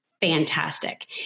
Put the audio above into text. fantastic